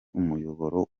umuyoboro